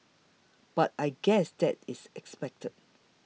but I guess that is expected